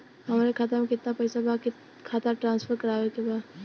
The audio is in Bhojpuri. हमारे खाता में कितना पैसा बा खाता ट्रांसफर करावे के बा?